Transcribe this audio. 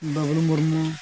ᱵᱟᱹᱵᱞᱨᱩ Murmu